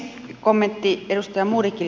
kommentti edustaja modigille